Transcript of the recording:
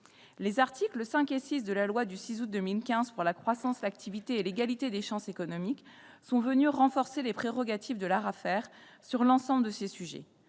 Les articles 5 et 6 de la loi du 6 août 2015 pour la croissance, l'activité et l'égalité des chances économiques sont venus renforcer les prérogatives de l'Arafer sur l'ensemble de ces sujets.